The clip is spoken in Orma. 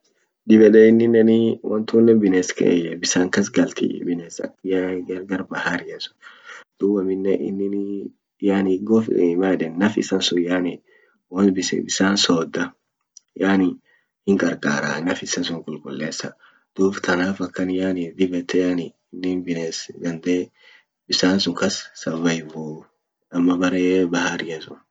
Dib yeede innineni wontunen bines bisan kas galti bines ak yani gal baharia sun dum aminen innini yani gof maedan naf isa sun yani mal bisan sooda yani hinqar qara naf isa sun qul qulesa duub tanaf akani yani dib yette yani innin bines dandee bisan sun kas survive vu ama bere baharia sun.